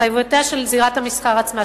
התחייבויותיה של זירת המסחר עצמה,